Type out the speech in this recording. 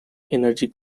energy